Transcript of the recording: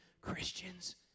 Christians